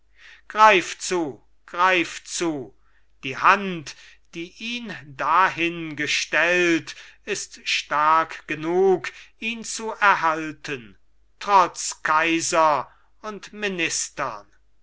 greif zu greif zu die hand die ihn dahin gestellt ist stark genug ihn zu erhalten trotz kaiser und ministern